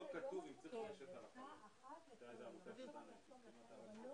ה-11 מיליארד שקלים, לא